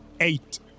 eight